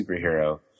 superhero